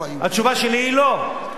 התשובה שלי היא: לא,